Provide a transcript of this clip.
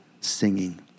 singing